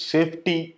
Safety